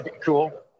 Cool